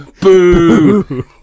Boo